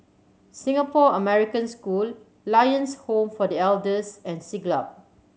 Singapore American School Lions Home for The Elders and Siglap